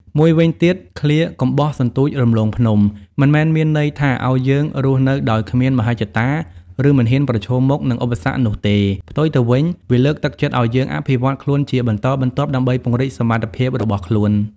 មួយវិញទៀតឃ្លា កុំបោះសន្ទូចរំលងភ្នំ មិនមែនមានន័យថាឲ្យយើងរស់នៅដោយគ្មានមហិច្ឆតា ឬមិនហ៊ានប្រឈមមុខនឹងឧបសគ្គនោះទេ ផ្ទុយទៅវិញ វាលើកទឹកចិត្តឲ្យយើងអភិវឌ្ឍខ្លួនជាបន្តបន្ទាប់ដើម្បីពង្រីកសមត្ថភាពរបស់ខ្លួន។